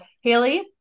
Haley